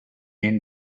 end